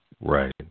Right